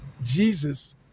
Jesus